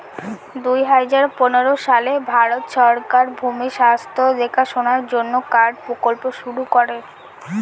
দুই হাজার পনেরো সালে ভারত সরকার ভূমির স্বাস্থ্য দেখাশোনার জন্য কার্ড প্রকল্প শুরু করে